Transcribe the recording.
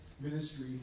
ministry